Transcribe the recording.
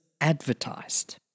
advertised